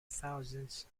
thousands